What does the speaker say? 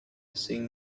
seeing